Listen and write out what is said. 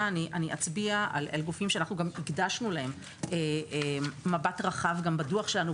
- אני אצביע על גופים שאנחנו גם הקדשנו להם מבט רחב גם בדוח שלנו.